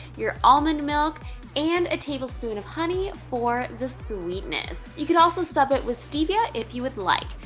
your almond milk and a tablespoon of honey for the sweetness. you could also sub it with stevia if you would like.